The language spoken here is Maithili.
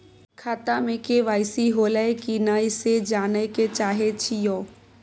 खाता में के.वाई.सी होलै की नय से जानय के चाहेछि यो?